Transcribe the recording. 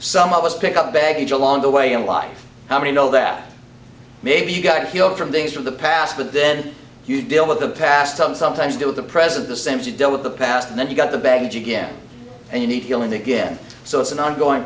some of us pick up baggage along the way in life how many know that maybe you got a feel from things from the past but then you deal with the past some sometimes do the present the same to deal with the past and then you've got the baggage again and you need healing again so it's an ongoing